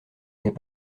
n’est